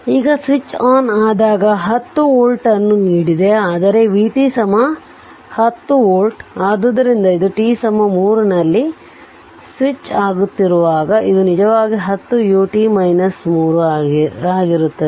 ಈಗ switch on ಆದಾಗ 10 volt ಅನ್ನು ನೀಡಿದೆ ಅಂದರೆ vt10 volt ಆದ್ದರಿಂದ ಇದು t 3 ನಲ್ಲಿ ಸ್ವಿಚ್ ಆಗುತ್ತಿರುವಾಗ ಇದು ನಿಜವಾಗಿ 10 ut 3 ಆಗಿರುತ್ತದೆ